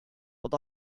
but